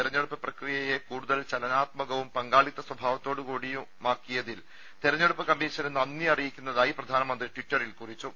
തെരഞ്ഞെടുപ്പ് പ്രക്രിയയെ കൂടുതൽ ചലനാത്മകവും പങ്കാളിത്ത സ്വഭാവത്തോടു കൂടിയതുമാക്കിയതിൽ തെരഞ്ഞെടുപ്പ് കമ്മീഷന് നന്ദിയറിയിക്കുന്നതായി പ്രധാനമന്ത്രി ട്വിറ്ററിൽ കുറിച്ചു